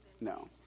No